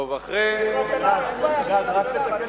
תירגע קצת,